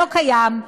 לא קיים.